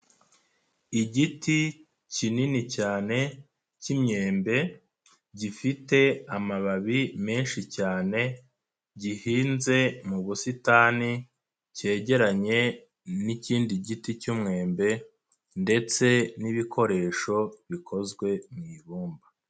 Igiti kinini cyane cy'imyembe, gifite amababi menshi cyane, gihinze mu busitani, cyegeranye n'ikindi giti cy'mwembe ndetse n'ibikoresho bikozwe mu ibumba.